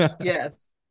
yes